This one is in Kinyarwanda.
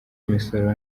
imisoro